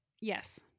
Yes